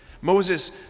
Moses